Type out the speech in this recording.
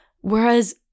Whereas